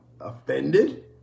offended